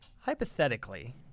hypothetically